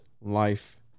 life